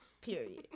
Period